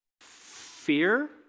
Fear